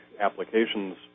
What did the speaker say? applications